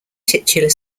titular